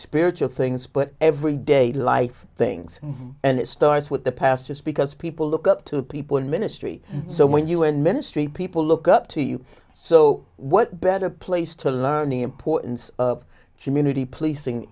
spiritual things but every day life things and it starts with the pastors because people look up to people ministry so when you are in ministry people look up to you so what better place to learn the importance of community policing